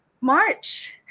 march